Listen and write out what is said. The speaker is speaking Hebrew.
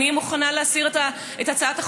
אני מוכנה להסיר את הצעת החוק.